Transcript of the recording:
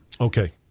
Okay